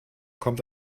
kommt